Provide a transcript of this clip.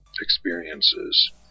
experiences